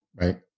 Right